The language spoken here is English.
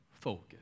focus